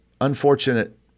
unfortunate